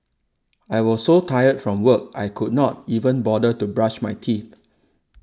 I was so tired from work I could not even bother to brush my teeth